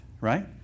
right